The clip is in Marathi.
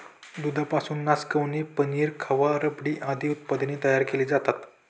दुधापासून नासकवणी, पनीर, खवा, रबडी आदी उत्पादने तयार केली जातात